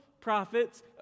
prophets